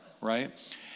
right